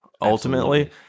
ultimately